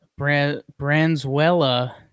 Branswella